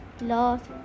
lost